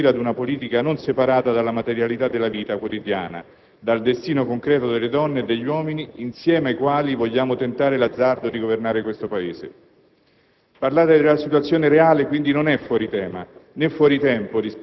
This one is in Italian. ma perché partire da ciò che è costituisce un dovere per chi aspira ad una politica non separata dalla materialità della vita quotidiana, dal destino concreto delle donne e degli uomini insieme ai quali vogliamo tentare l'azzardo di governare questo Paese.